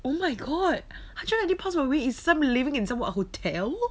oh my god hundred and ninety pounds per week is some living in some what hotel